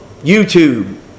YouTube